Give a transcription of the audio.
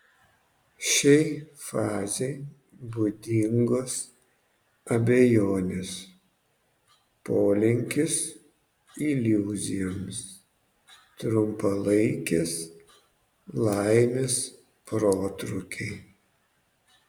šiai fazei būdingos abejonės polinkis iliuzijoms trumpalaikės laimės protrūkiai